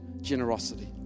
generosity